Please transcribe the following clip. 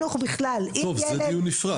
זה דיון נפרד.